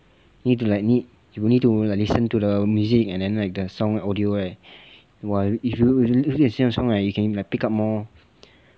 need to like need you need to like listen to the music and then like the sound audio right !wah! if you if you see the sound right you can like pick up more